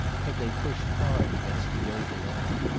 had they pushed hard against the gable end.